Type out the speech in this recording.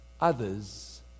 Others